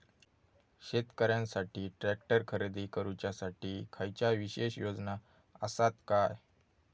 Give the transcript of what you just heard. शेतकऱ्यांकसाठी ट्रॅक्टर खरेदी करुच्या साठी खयच्या विशेष योजना असात काय?